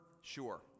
sure